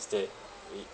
instead